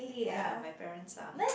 ya my parents are